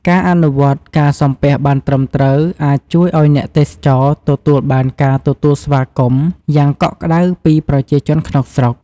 ការអនុវត្តន៍ការសំពះបានត្រឹមត្រូវ អាចជួយឱ្យអ្នកទេសចរទទួលបានការទទួលស្វាគមន៍យ៉ាងកក់ក្ដៅពីប្រជាជនក្នុងស្រុក។